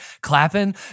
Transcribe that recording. clapping